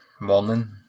morning